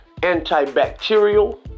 antibacterial